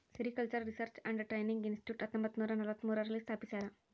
sericultural research and training institute ಹತ್ತೊಂಬತ್ತುನೂರ ನಲವತ್ಮೂರು ರಲ್ಲಿ ಸ್ಥಾಪಿಸ್ಯಾರ